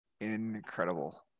incredible